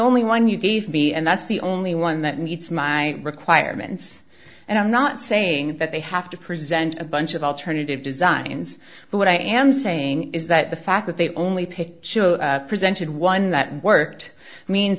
only one you gave me and that's the only one that meets my requirements and i'm not saying that they have to present a bunch of alternative designs but what i am saying is that the fact that they only picked presented one that worked means